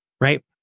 right